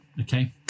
okay